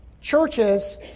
churches